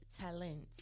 talent